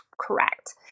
correct